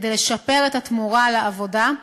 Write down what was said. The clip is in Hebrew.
כדי לשפר את התמורה לעבודה,